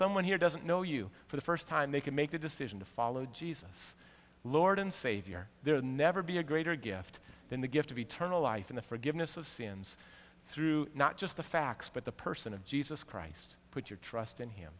someone here doesn't know you for the first time they can make the decision to follow jesus lord and savior there never be a greater gift than the gift of eternal life in the forgiveness of sins through not just the facts but the person of jesus christ put your trust in him